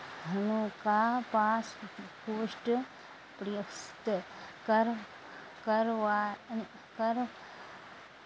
हुनका पासपोर्ट प्राप्त कर करवा करबा